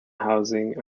housing